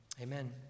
Amen